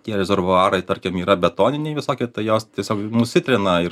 tie rezervuarai tarkim yra betoniniai visokie tai jos tiesiog nusitrina ir